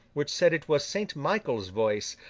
which said it was saint michael's voice,